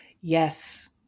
yes